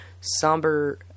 somber